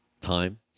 time